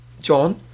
John